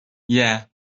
yeah